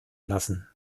lassen